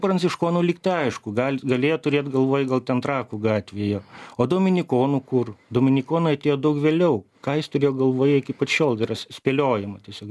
pranciškonų lyg tai aišku gal galėjo turėt galvoj gal ten trakų gatvėje o dominikonų kur dominikonai atėjo daug vėliau ką jis turėjo galvoje iki pat šiol yra spėliojama tiesiog